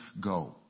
go